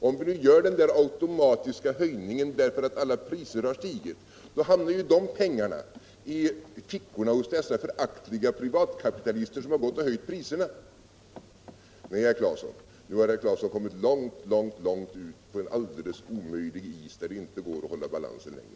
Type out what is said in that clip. Om vi nu gör den där automatiska höjningen därför att alla priser har stigit, hamnar ju de pengarna i fickorna hos dessa föraktliga privatkapitalister som har höjt priserna. Nej, nu har herr Claeson kommit långt, långt ut på en alldeles omöjlig is, där det inte går att hålla balansen längre.